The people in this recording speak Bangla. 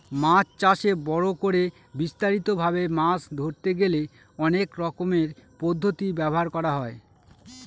মাছ চাষে বড় করে বিস্তারিত ভাবে মাছ ধরতে গেলে অনেক রকমের পদ্ধতি ব্যবহার করা হয়